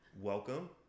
welcome